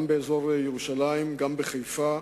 גם באזור ירושלים, גם בחיפה,